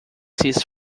his